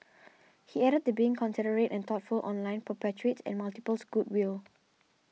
he added that being considerate and thoughtful online perpetuates and multiples goodwill